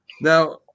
Now